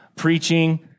preaching